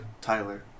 Tyler